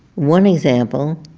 one example